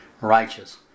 Righteous